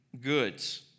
goods